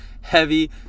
heavy